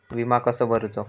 विमा कसो भरूचो?